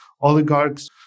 oligarchs